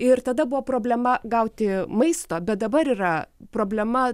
ir tada buvo problema gauti maisto bet dabar yra problema